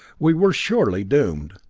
we were surely doomed.